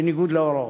בניגוד להוראות.